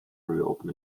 reopen